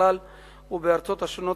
ובכלל בארצות שונות,